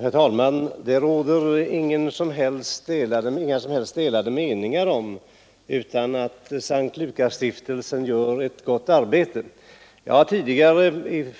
Herr talman! Det råder inga som helst delade meningar om att S:t Lukasstiftelsen utför ett gott arbete. Jag har tidigare